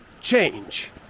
change